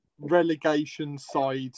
relegation-side